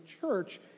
church